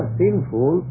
sinful